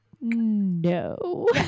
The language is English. No